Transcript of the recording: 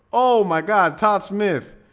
oh my god, todd smith.